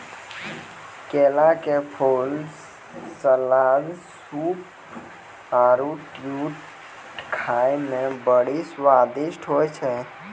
केला के फूल, सलाद, सूप आरु स्ट्यू खाए मे बड़ी स्वादिष्ट होय छै